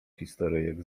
historyjek